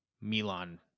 Milan